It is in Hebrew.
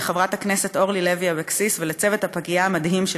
לחברת הכנסת אורלי לוי אבקסיס ולצוות הפגייה המדהים של